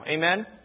Amen